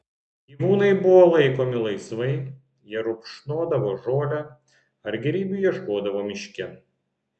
gyvūnai buvo laikomi laisvai jie rupšnodavo žolę ar gėrybių ieškodavo miške